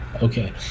Okay